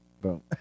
Boom